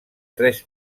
tres